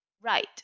Right